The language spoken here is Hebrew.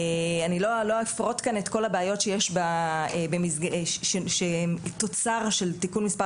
אני לא אפרוט כאן את כל הבעיות שהן תוצר של תיקון מס'